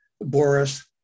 Boris